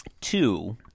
Two